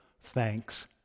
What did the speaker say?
thanks